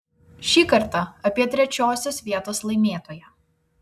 šį kartą apie trečiosios vietos laimėtoją